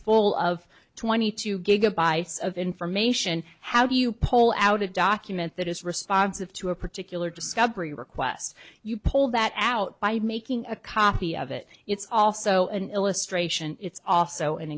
full of twenty two gigabytes of information how do you pull out a document that is responsive to a particular discovery requests you pull that out by making a copy of it it's also an illustration it's also an